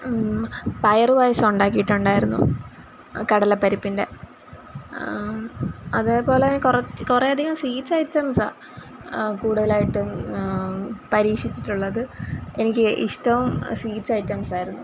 പയറ് പായസം ഉണ്ടാക്കിയിട്ടുണ്ടായിരുന്നു കടലപ്പരിപ്പിന്റെ അതേപോലെ കുറച്ച് കുറെ അധികം സ്വീറ്റ്സ് ഐറ്റംസ് കൂട്തലായിട്ടും പരീക്ഷിച്ചിട്ടുള്ളത് എനിക്ക് ഇഷ്ടം സ്വീറ്റ്സ് ഐറ്റംസ് ആയിരുന്നു